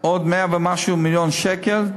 עוד 100 ומשהו מיליון שקל,